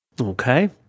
Okay